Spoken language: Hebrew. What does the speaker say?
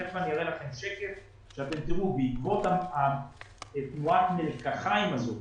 תכף אני אראה לכם שקף שאתם תראו שבעקבות תנועת המלקחיים הזאת